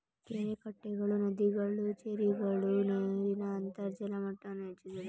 ಕೆರೆಕಟ್ಟೆಗಳು, ನದಿಗಳು, ಜೆರ್ರಿಗಳು ನೀರಿನ ಅಂತರ್ಜಲ ಮಟ್ಟವನ್ನು ಹೆಚ್ಚಿಸುತ್ತದೆ